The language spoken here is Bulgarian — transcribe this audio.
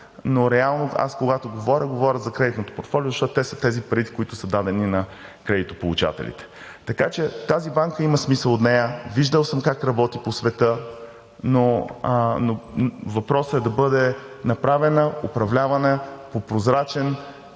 но реално, когато говоря, говоря за кредитното портфолио, защото те са парите, които са дадени на кредитополучателите. Така че от тази банка има смисъл, виждал съм как работи по света, но въпросът е да бъде направена, управлявана по прозрачен